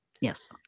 Yes